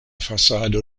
fasado